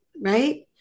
right